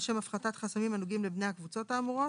לשם הפחתת חסמים הנוגעים לבני הקבוצות האמורות.